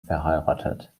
verheiratet